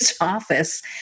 office